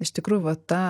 iš tikrųjų va ta